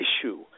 issue